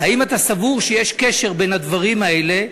האם אתה סבור שיש קשר בין הדברים האלה,